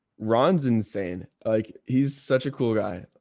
ron's insane. like he's such a cool guy.